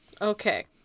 Okay